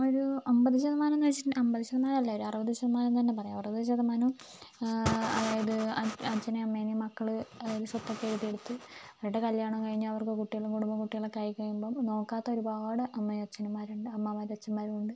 ഒരു അൻപത് ശതമാനം എന്ന് വെച്ചിട്ടൊണ്ടെൽ അൻപത് ശതമാനം അല്ല അറുപത് ശതമാനം എന്ന് തന്നെ പറയാം അറുപത് ശതമാനോം അതായത് അച്ഛനേം അമ്മേനേം മക്കൾ സ്വത്തൊക്കെ എഴുതിയെടുത്ത് അവരുടെ കല്യാണം കഴിഞ്ഞ് അവർക്ക് കുട്ടികളും കുടുംബോം കുട്ടികളൊക്കെ ആയിക്കഴിയുമ്പം നോക്കാത്ത ഒരുപാട് അമ്മേം അച്ഛനുമാരുണ്ട് അമ്മമാരും അച്ഛന്മാരും ഉണ്ട്